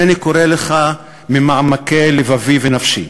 הנני קורא לך ממעמקי לבבי ונפשי: